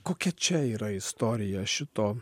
kokia čia yra istorija šito